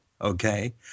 Okay